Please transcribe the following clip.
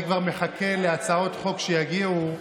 אני כבר מחכה להצעות חוק שיגיעו,